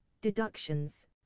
deductions